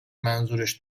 منظورش